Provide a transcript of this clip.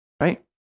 right